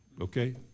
Okay